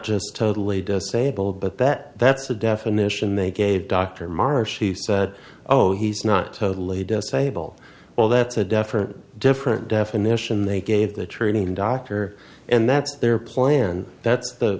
just totally disabled but that that's a definition they gave dr marsh he said oh he's not totally disabled well that's a different different definition they gave the treating doctor and that's their plan and that's the